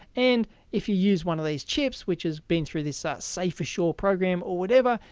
and if you use one of these chips which has been through this ah safe assure program or whatever,